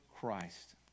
Christ